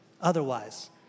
otherwise